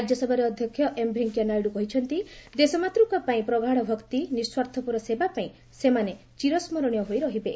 ରାଜ୍ୟସଭାରେ ଅଧ୍ୟକ୍ଷ ଏମ୍ ଭେଙ୍କିୟା ନାଇଡୁ କହିଛନ୍ତି ଦେଶମାତୂକାପାଇଁ ପ୍ରଗାଢ଼ ଭକ୍ତି ନିସ୍ୱାର୍ଥପର ସେବାପାଇଁ ସେମାନେ ଚିରସ୍ମରଣୀୟ ହୋଇ ରହିବେ